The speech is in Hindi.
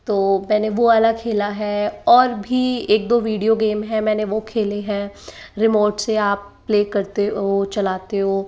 तो मैंने वो वाला खेला है और भी एक दो वीडियो गेम हैं मैंने वो खेले हैं रिमोट से आप प्ले करते हो चलाते हो